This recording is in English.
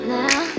now